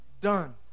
done